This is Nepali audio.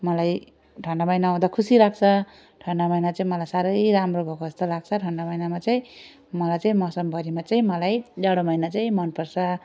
मलाई ठन्डा महिना आउँदा खुसी लाग्छ ठन्डा महिना चाहिँ मलाई साह्रै राम्रो भएको जस्तो लाग्छ ठन्डा महिनामा चाहिँ मलाई चाहिँ मौसमभरिमा चाहिँ मलाई जाडो महिना चाहिँ मनपर्छ